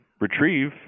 retrieve